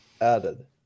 added